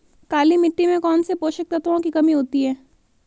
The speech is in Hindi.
काली मिट्टी में कौनसे पोषक तत्वों की कमी होती है?